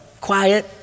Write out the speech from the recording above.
quiet